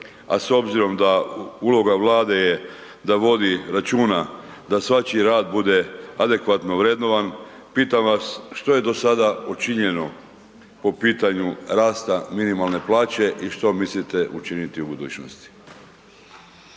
a s obzirom da uloga Vlade je da vodi računa da svačiji rad bude adekvatno vrednovan, pitam vas, što je do sada učinjeno po pitanju rasta minimalne plaće i što mislite učiniti u budućnosti?